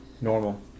Normal